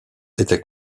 était